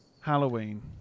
Halloween